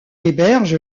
héberge